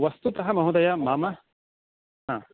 वस्तुतः महोदय मम हा